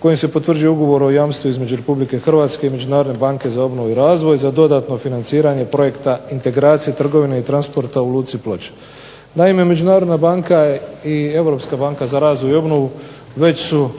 kojim se potvrđuje ugovor o jamstvu između Republike Hrvatske i Međunarodne banke za obnovu i razvoj, za dodatno financiranje projekta integracije trgovine i transporta u luci Ploče. Naime Međunarodna banka i Europska banka za razvoj i obnovu već su